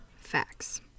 facts